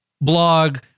blog